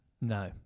No